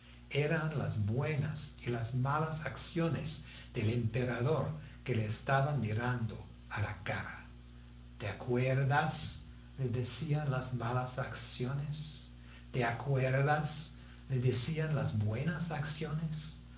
eran las buenas y las malas acciones del emperador que le estaban mirando a la cara te acuerdas le decían las malas acciones te acuerdas le decían las buenas acciones